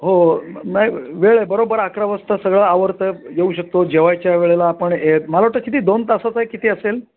हो नाही वेळ आहे बरोबर अकरा वाजता सगळं आवरतं येऊ शकतो जेवायच्या वेळेला आपण ए मला वाटतं किती दोन तासाचं आहे किती असेल